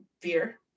fear